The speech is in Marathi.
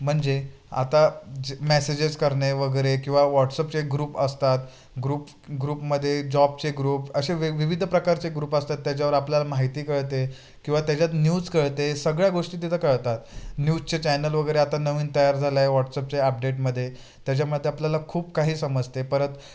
म्हणजे आता जे मॅसेजेस करणे वगैरे किंवा व्हॉट्सअपचे ग्रुप असतात ग्रुप ग्रुपमध्ये जॉबचे ग्रुप असे वेग विविध प्रकारचे ग्रुप असतात त्याच्यावर आपल्याला माहिती कळते किंवा त्याच्यात न्यूज कळते सगळ्या गोष्टी तिथं कळतात न्यूजचे चॅनल वगैरे आता नवीन तयार झालंय व्हॉट्सअपचे अपडेटमध्ये त्याच्यामध्ये आपल्याला खूप काही समजते परत